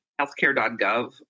healthcare.gov